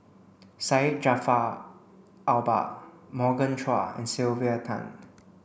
Syed Jaafar Albar Morgan Chua and Sylvia Tan